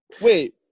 Wait